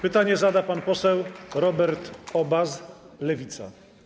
Pytanie zada pan poseł Robert Obaz, Lewica.